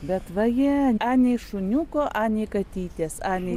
bet va jie anei šuniuko anei katytės anei